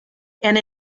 and